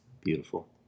beautiful